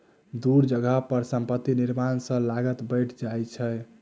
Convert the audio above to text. दूर जगह पर संपत्ति निर्माण सॅ लागत बैढ़ जाइ छै